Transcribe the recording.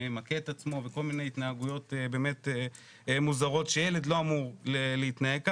מכה את עצמו וכל מיני התנהגויות באמת מוזרות שילד לא אמור להתנהג כך,